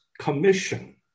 commission